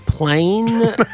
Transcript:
Plane